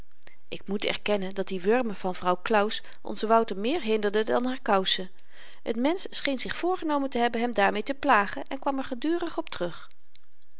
ik moet erkennen dat die wurmen van vrouw claus onzen wouter meer hinderden dan haar kousen t mensch scheen zich voorgenomen te hebben hem daarmee te plagen en kwam er gedurig op terug